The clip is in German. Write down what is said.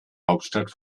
hauptstadt